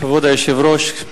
כבוד היושב-ראש,